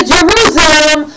Jerusalem